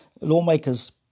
lawmakers